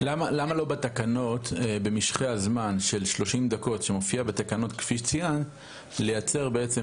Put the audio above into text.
--- למה לא לכתוב בתקנות שבמשכי הזמן של 30 דקות לייצר בעצם